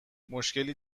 مشکی